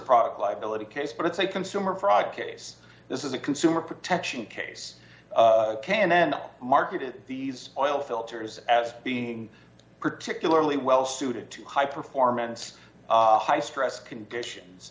product liability case but it's a consumer fraud case this is a consumer protection case and marketed these oil filters as being particularly well suited to high performance high stress conditions